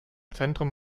zentrum